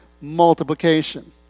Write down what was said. multiplication